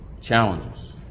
challenges